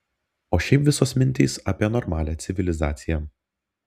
o šiaip visos mintys apie normalią civilizaciją